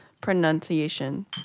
pronunciation